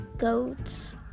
goats